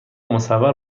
مصور